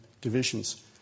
divisions